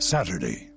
Saturday